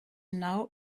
now